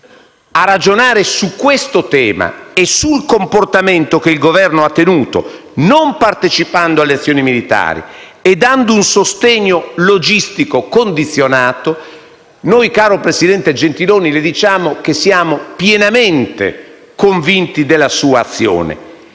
a ragionare su questo tema e sul comportamento che l'Esecutivo ha tenuto non partecipando alle azioni militari e dando un sostegno logistico condizionato. Noi, caro presidente Gentiloni Silveri, le diciamo che siamo pienamente convinti della sua azione.